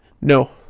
No